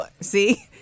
see